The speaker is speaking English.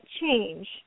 change